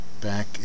back